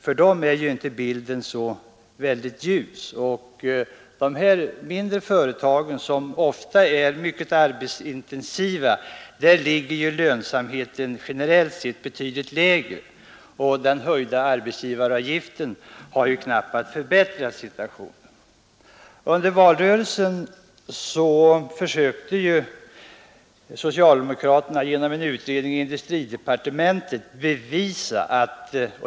För dem är bilden inte så ljus. För de mindre företagen, som ofta är mycket arbetsintensiva, är lönsamheten generellt sett betydligt lägre än för de stora företagen, och den höjda arbetsgivaravgiften har knappast förbättrat situationen. Under valrörelsen gjorde socialdemokraterna en utredning i industridepartementet.